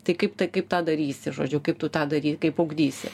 tai kaip tai kaip tą darysi žodžiu kaip tu tą dary kaip ugdysi